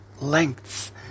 lengths